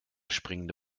springende